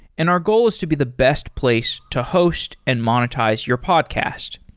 and our goal is to be the best place to host and monetize your podcast.